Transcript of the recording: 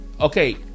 okay